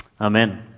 Amen